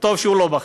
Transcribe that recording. וטוב שהוא לא בכיר.